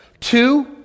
Two